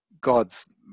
God's